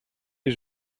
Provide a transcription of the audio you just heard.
les